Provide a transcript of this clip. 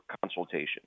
consultation